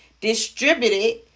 distributed